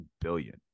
billion